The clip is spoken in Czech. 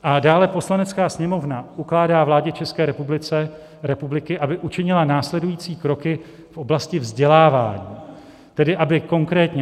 A dále: Poslanecká sněmovna ukládá vládě České republiky, aby učinila následující kroky v oblasti vzdělávání, tedy aby konkrétně